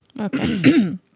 okay